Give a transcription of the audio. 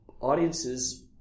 audiences